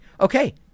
Okay